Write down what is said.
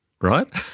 right